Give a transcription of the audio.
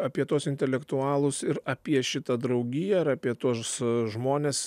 apie tuos intelektualus ir apie šitą draugiją ir apie tuos žmones